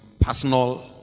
personal